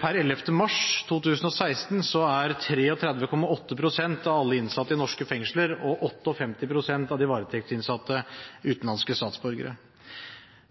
Per 11. mars 2016 er 33,8 pst. av alle innsatte i norske fengsler og 58 pst. av de varetektsinnsatte utenlandske statsborgere.